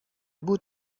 بود